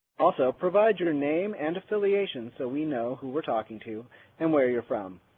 also provide your name and affiliation so we know who we're talking to and where you're from.